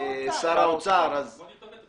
התשמ"א-1981 כפי שאמרתי,